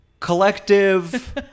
collective